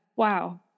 wow